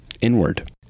inward